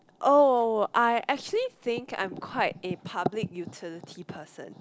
oh I actually think I am quite a public utility person